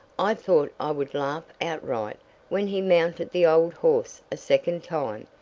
i thought i would laugh outright when he mounted the old horse a second time.